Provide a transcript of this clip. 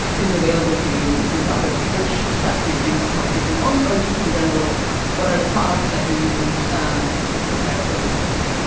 is available to you from celpip, which prep do you think that helped you the most or just in general what are the products that you used to prepare for your test?